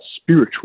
spiritual